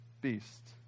beast